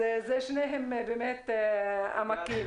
אז שניהם באמת עמקים.